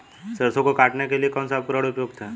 सरसों को काटने के लिये कौन सा उपकरण उपयुक्त है?